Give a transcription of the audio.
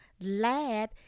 lad